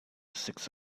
six